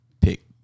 pick